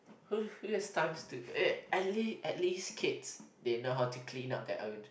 waste times to at least at least kids they know how to clean up their own